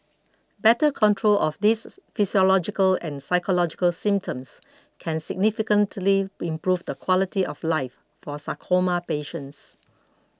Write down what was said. better control of these physiological and psychological symptoms can significantly improve the quality of life for sarcoma patients